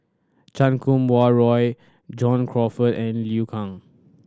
Chan Kum Wah Roy John Crawfurd and Liu Kang